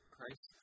Christ